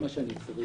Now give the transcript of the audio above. את מה שאני צריך,